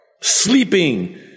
sleeping